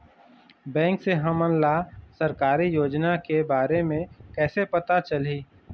Bank से हमन ला सरकारी योजना के बारे मे कैसे पता चलही?